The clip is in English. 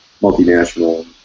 multinational